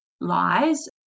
lies